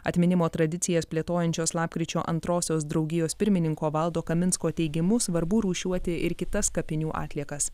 atminimo tradicijas plėtojančios lapkričio antrosios draugijos pirmininko valdo kaminsko teigimu svarbu rūšiuoti ir kitas kapinių atliekas